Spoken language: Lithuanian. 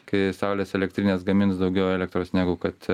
kai saulės elektrinės gamins daugiau elektros negu kad